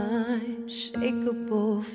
unshakable